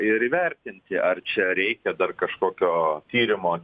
ir įvertinti ar čia reikia dar kažkokio tyrimo